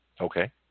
Okay